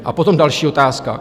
A potom další otázka.